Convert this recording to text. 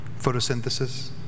photosynthesis